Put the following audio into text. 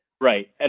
Right